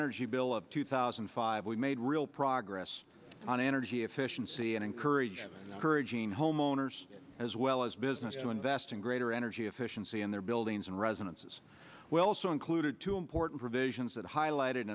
energy bill of two thousand and five we made real progress on energy efficiency and encouraged courage homeowners as well as business to invest in greater energy efficiency in their buildings and residences well also included two important provisions that highlighted